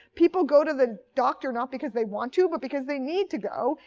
people go to the doctor not because they want to, but because they need to go.